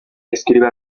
escribe